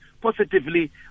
positively